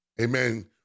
amen